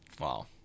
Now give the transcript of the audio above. Wow